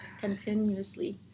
continuously